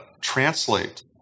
translate